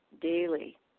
daily